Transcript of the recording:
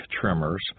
trimmers